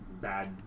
bad